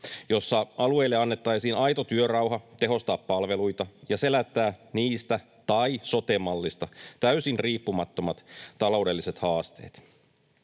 jossa alueille annettaisiin aito työrauha tehostaa palveluita ja selättää niistä tai sote-mallista täysin riippumattomat taloudelliset haasteet.